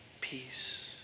peace